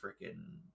freaking